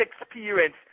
experience